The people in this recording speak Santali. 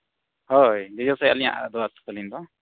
ᱦᱳᱭ ᱡᱚᱡᱚᱥᱟᱹᱭᱤ ᱟᱹᱞᱤᱧᱟᱹᱜ ᱫᱚ ᱟᱛᱳ ᱛᱟᱹᱞᱤᱧ ᱫᱚ